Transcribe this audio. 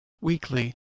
weekly